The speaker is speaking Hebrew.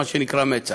מה שנקרא מצ"ח.